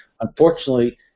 unfortunately